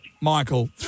Michael